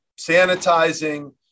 sanitizing